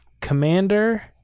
Commander